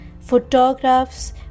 photographs